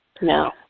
no